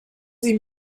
sie